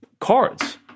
cards